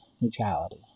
Neutrality